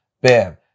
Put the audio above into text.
Bam